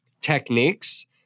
techniques